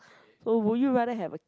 so would you rather have a